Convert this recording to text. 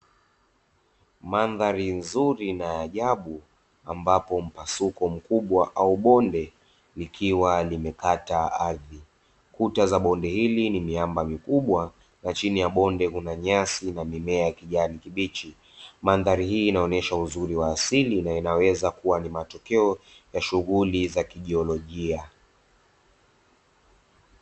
Mandhari nzuri na ya ajabu, ambapo mpasuko mkubwa au bonde, likiwa limekata ardhi, kuta za bonde hili ni miamba mikubwa, na chini ya bonde kuna nyasi, na mimea ya kijani kibichi, mandhari hii inaonyesha uzuri wa asili, na inaweza kuwa ni matokeo ya shughuli za kijiolojia.